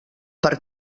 per